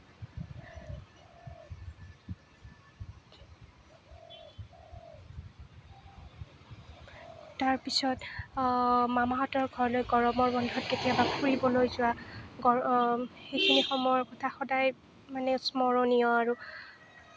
তাৰপিছত মামাহঁতৰ ঘৰলৈ গৰমৰ বন্ধত কেতিয়াবা ফুৰিবলৈ যোৱা গৰম সেইখিনি সময়ৰ কথা সদায় মানে স্মৰণীয় আৰু